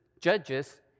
judges